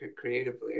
creatively